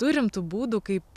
turim tų būdų kaip